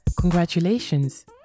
Congratulations